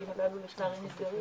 בתיקים הללו יש לצערי נסגרים,